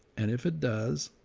and if it does,